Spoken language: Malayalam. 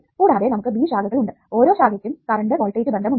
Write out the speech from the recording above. കൂടാതെ നമുക്ക് B ശാഖകൾ ഉണ്ട് ഓരോ ശാഖയ്യ്ക്കും കറണ്ട് വോൾട്ടേജ് ബന്ധം ഉണ്ട്